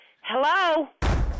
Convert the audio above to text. Hello